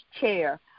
chair